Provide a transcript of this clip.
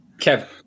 Kev